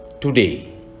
Today